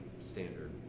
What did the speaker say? standard